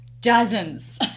dozens